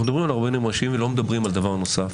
אנחנו מדברים על הרבנים הראשיים ולא מדברים על דבר נוסף.